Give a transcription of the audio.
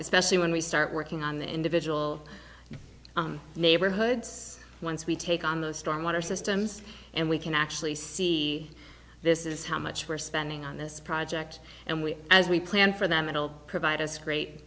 especially when we start working on the individual neighborhoods once we take on the storm water systems and we can actually see this is how much we're spending on this project and we as we plan for them it'll provide us great